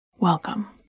Welcome